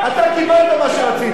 אתה קיבלת מה שרצית,